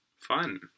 fun